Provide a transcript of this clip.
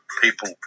people